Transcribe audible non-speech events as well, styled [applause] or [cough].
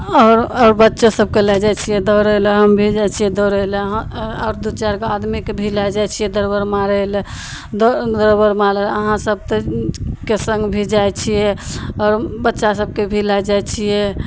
आओर आओर बच्चो सभकेँ लै जाए छिए दौड़ैलए हम भी जाइ छिए दौड़ैलए आओर दुइ चारि गो आदमीके भी लै जाए छिए दरबड़ मारैलए आओर [unintelligible] अहाँसभ तऽ के सङ्ग भी जाए छिए आओर बच्चा सभकेँ भी लै जाए छिए